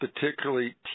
particularly